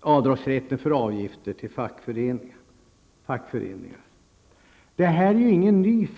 avdragsrätten för avgifter till fackföreningar. Den här frågan är inte ny.